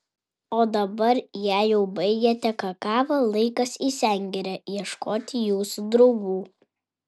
o dabar jei jau baigėte kakavą laikas į sengirę ieškoti jūsų draugų